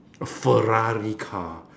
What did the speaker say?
a ferrari car